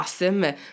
awesome